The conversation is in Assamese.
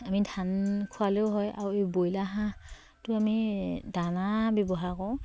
আমি ধান খুৱালেও হয় আৰু এই ব্ৰইলাৰ হাঁহটো আমি দানা ব্যৱহাৰ কৰোঁ